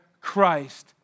Christ